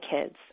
kids